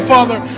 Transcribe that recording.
Father